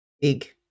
big